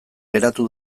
geratu